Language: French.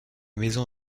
maison